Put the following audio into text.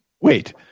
wait